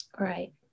right